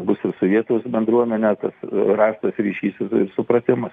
bus ir su vietos bendruomene tas rastas ryšys supratimas